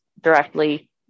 directly